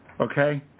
okay